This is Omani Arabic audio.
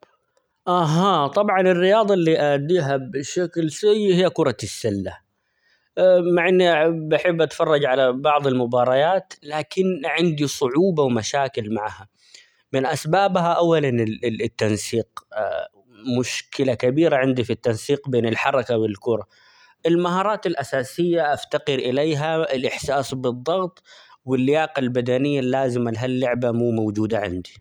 آها طبعًا الرياضة اللي أأديها بشكل سيء هي كرة السلة مع إني بحب أتفرج على بعض المباريات ،لكن عندي صعوبة ومشاكل معها من أسبابها أولًا -ال- التنسيق مشكلة كبيرة عندي في التنسيق بين الحركة ،والكرة ،المهارات الأساسية أفتقر إليها الإحساس بالضغط ،واللياقة البدنية اللازمة لهاللعبة مو موجودة عندي.